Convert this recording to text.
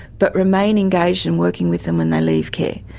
but remain engaged and working with them when they leave care.